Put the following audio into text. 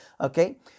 okay